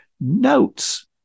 notes